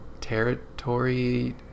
territory